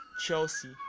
Chelsea